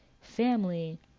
family